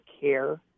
care